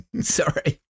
sorry